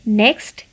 next